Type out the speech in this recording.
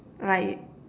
like